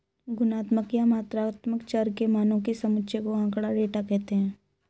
गुणात्मक या मात्रात्मक चर के मानों के समुच्चय को आँकड़ा, डेटा कहते हैं